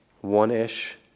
One-ish